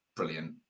Brilliant